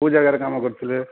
କେଉଁ ଜାଗାରେ କାମ କରିଥିଲେ